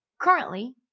currently